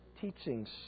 teachings